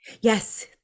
Yes